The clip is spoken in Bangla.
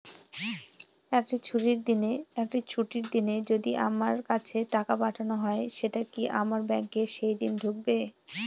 একটি ছুটির দিনে যদি আমার কাছে টাকা পাঠানো হয় সেটা কি আমার ব্যাংকে সেইদিন ঢুকবে?